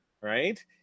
right